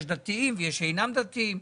יש דתיים ויש שאינם דתיים,